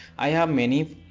i have many,